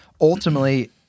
ultimately